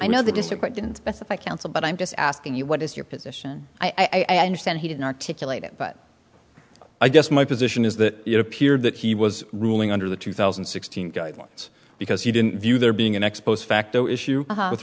i know the district didn't specify counsel but i'm just asking you what is your position i understand he didn't articulate it but i guess my position is that it appeared that he was ruling under the two thousand and sixteen guidelines because he didn't view there being an ex post facto issue with